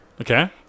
Okay